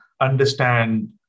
understand